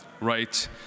right